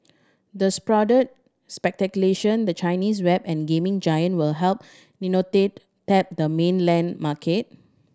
the the Chinese web and gaming giant will help tap the mainland market